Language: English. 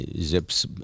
Zip's